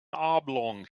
oblong